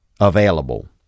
available